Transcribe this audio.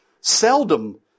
seldom